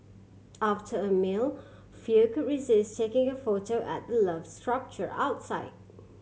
after a meal few could resist taking a photo at the Love sculpture outside